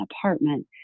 apartment